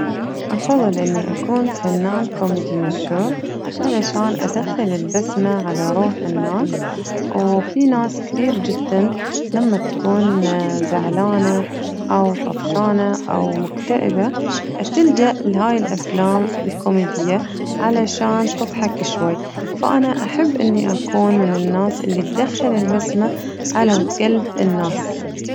أفضل إني أكون فنان كوميدي مشهور علشان أدخل البسمة على روح الناس وفي ناس كتير جداً لما تكون زعلانة أو طفشانة أو مكتئبة تلجأ لهاي الأفلام الكوميدية علشان تضحك شوي فأنا أحب إني أكون من الناس اللي تدخل البسمة على قلب الناس.